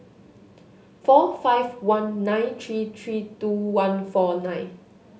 four five one nine three three two one four nine